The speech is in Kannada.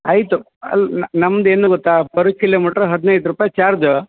ಆಯಿತು ಅಲ್ಲಿ ನಮ್ದು ಏನು ಗೊತ್ತ ಪರ್ ಕಿಲೋಮೀಟ್ರ್ ಹದಿನೈದು ರುಪಾಯ್ ಚಾರ್ಜು